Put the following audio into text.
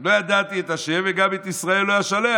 "לא ידעתי את ה' וגם את ישראל לא אשלח",